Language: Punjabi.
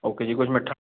ਓਕੇ ਜੀ ਕੁਛ ਮਿੱਠਾ